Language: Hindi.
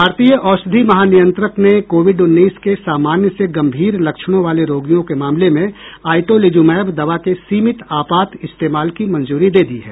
भारतीय औषधि महानियंत्रक ने कोविड उन्नीस के सामान्य से गंभीर लक्षणों वाले रोगियों के मामले में आइटोलिजुमैब दवा के सीमित आपात इस्तेमाल की मंजूरी दे दी है